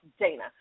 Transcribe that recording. Dana